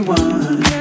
one